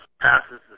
passes